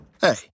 Hey